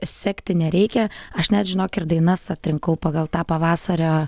sekti nereikia aš net žinok ir dainas atrinkau pagal tą pavasario